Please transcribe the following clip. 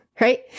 Right